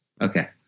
Okay